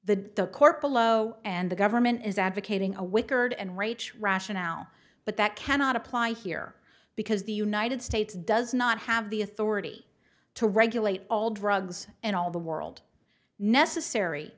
the court below and the government is advocating a wickard and rates rationale but that cannot apply here because the united states does not have the authority to regulate all drugs and all the world necessary